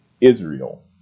israel